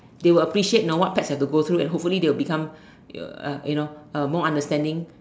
they will appreciate know what pets have to go through and hopefully they will become uh you know a more understanding